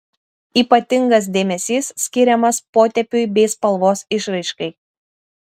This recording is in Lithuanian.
ypatingas dėmesys skiriamas potėpiui bei spalvos išraiškai